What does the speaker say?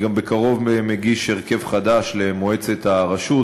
אני גם בקרוב מגיש הרכב חדש למועצת הרשות.